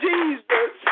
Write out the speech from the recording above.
Jesus